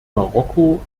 marokko